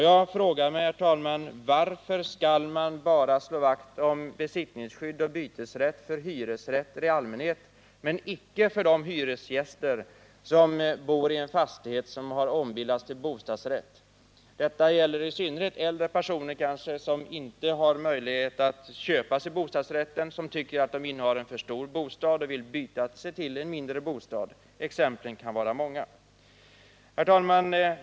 Jag frågar mig: Varför skall man bara slå vakt om besittningsskydd och bytesrätt för hyresrätter i allmänhet men icke för de hyresgäster som bor i en fastighet som har ombildats till bostadsrätt? Detta gäller i synnerhet äldre personer, som inte har möjlighet att köpa bostadsrätten, som tycker att de har en för stor bostad och vill byta sig till en mindre — exemplen kan vara många. Herr talman!